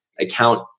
account